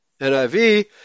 NIV